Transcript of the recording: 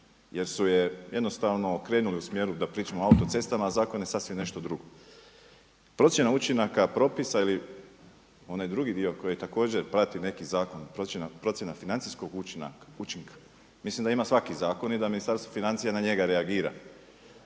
jer su je jednostavno okrenuli u smjeru da pričamo o autocestama a zakon je sasvim nešto drugo. Procjena učinaka propisa ili onaj drugi dio koji također prati neki zakon, procjena financijskog učinka, mislim da im svaki zakon i da Ministarstvo financija na njega reagira.